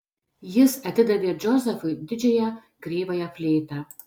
jis atidavė džozefui didžiąją kreivąją fleitą